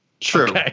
true